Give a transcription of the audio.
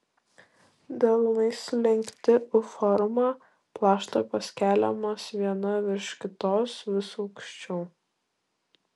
delnai sulenkti u forma plaštakos keliamos viena virš kitos vis aukščiau